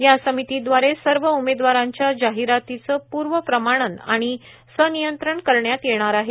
या समितीद्वारे सर्व उमेदवारांच्या जाहिरातीचे पूर्व प्रमाणन व सनियंत्रण करण्यात येणार आहे